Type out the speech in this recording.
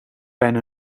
bijna